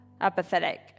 apathetic